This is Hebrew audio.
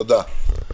תודה.